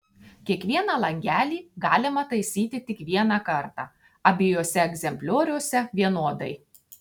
kiekvieną langelį galima taisyti tik vieną kartą abiejuose egzemplioriuose vienodai